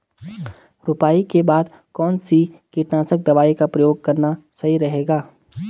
रुपाई के बाद कौन सी कीटनाशक दवाई का प्रयोग करना सही रहेगा?